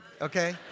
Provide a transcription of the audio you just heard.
okay